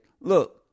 look